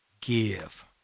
give